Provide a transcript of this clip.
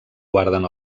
guarden